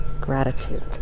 gratitude